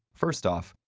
first off,